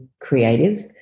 creative